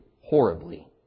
horribly